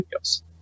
videos